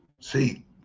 See